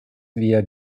wir